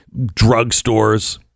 drugstores